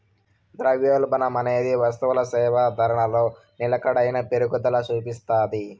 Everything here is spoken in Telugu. ద్రవ్యోల్బణమనేది వస్తుసేవల ధరలో నిలకడైన పెరుగుదల సూపిస్తాది